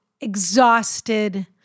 exhausted